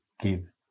give